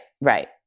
Right